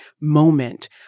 moment